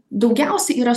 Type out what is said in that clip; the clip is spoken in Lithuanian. daugiausia yra